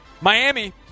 Miami